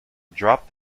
drop